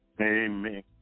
Amen